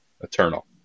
eternal